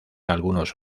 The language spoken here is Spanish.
algunos